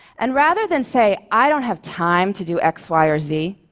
and rather than say, i don't have time to do x, y or z,